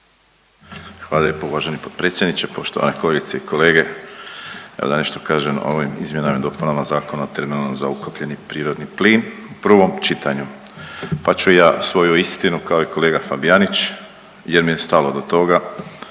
Hvala lijepo uvaženi potpredsjedniče, poštovane kolegice i kolege. Da nešto kažem o ovim izmjenama i dopunama Zakona o terminalu za ukapljeni prirodni plin u prvom čitanju, pa ću ja svoju istinu kao i kolega Fabijanić, jer mi je stalo do toga